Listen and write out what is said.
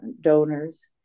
donors